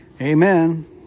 Amen